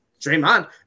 Draymond